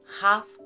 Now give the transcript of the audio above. half